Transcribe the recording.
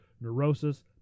neurosis